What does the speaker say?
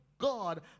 God